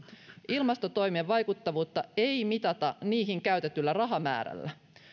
ilmastotoimien vaikuttavuutta ei mitata niihin käytetyllä rahamäärällä